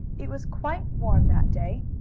it was quite warm that day,